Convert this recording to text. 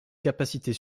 capacités